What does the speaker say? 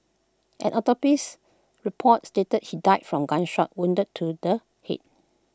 an autopsy report stated he died from A gunshot wounded to the Head